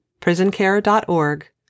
PrisonCare.org